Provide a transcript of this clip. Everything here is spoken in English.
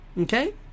Okay